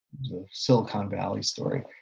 the silicon valley story.